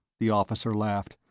the officer laughed.